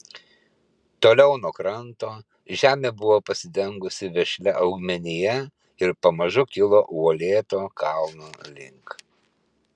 toliau nuo kranto žemė buvo pasidengusi vešlia augmenija ir pamažu kilo uolėto kalno link